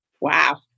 Wow